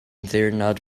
ddiwrnod